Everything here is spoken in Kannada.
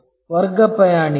ವರ್ಗ ಪ್ರಯಾಣಿಕರು